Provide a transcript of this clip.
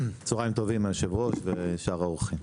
צוהריים טובים, היושב-ראש, ושאר האורחים.